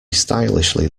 stylishly